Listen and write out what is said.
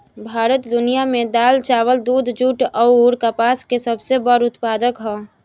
भारत दुनिया में दाल चावल दूध जूट आउर कपास के सबसे बड़ उत्पादक ह